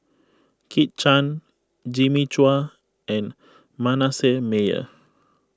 Kit Chan Jimmy Chua and Manasseh Meyer